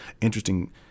interesting